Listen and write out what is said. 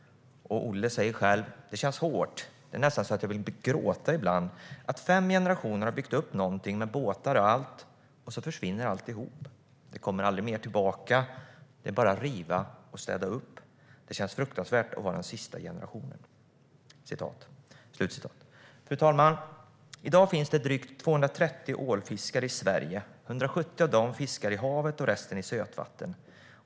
Det känns hårt. Det är nästan så att jag vill gråta ibland. Att fem generationer har byggt upp något, med båtar och allt, och så försvinner alltihop. Det kommer aldrig mera tillbaka. Det är bara att riva och städa upp. Det känns fruktansvärt att vara den sista generationen." Fru talman! I dag finns drygt 230 ålfiskare i Sverige. 170 av dem fiskar i havet och resten i sötvatten.